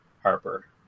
Harper